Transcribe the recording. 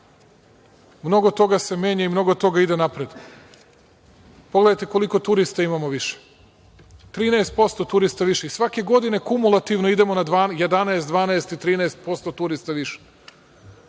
Mnogo toga se menja i mnogo toga ide napred. Pogledajte koliko turista imamo više, 13% turista je više. Svake godine kumulativno idemo na 11, 12 i 13% turista više.